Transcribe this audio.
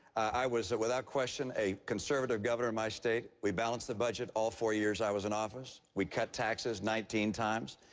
i was, without question, a conservative governor in my state. we balanced the budget all four years i was in office. we cut taxes nineteen times.